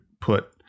put